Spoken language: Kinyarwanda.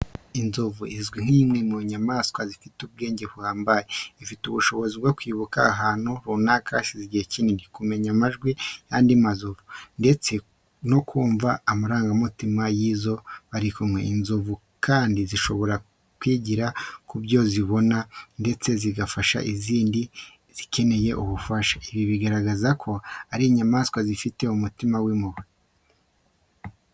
Inzovu izwi nk’imwe mu nyamaswa zifite ubwenge buhambaye. Ifite ubushobozi bwo kwibuka ahantu runaka hashize igihe kinini, kumenya amajwi y’andi mazovu, ndetse no kumva amarangamutima y’izo bari kumwe. Inzovu kandi zishobora kwigira ku byo zibona ndetse zigafasha izindi igihe zikeneye ubufasha, ibi bikaba bigaragaza ko ari inyamaswa ifite umutima w’impuhwe.